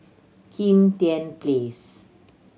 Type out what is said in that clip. Kim Tian Place